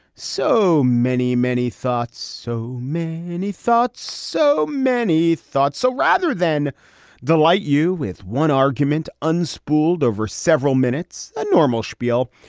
so many, many thoughts, so many thoughts, so many thoughts. so rather than delight you with one argument. unspooled over several minutes, a normal spiel,